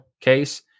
case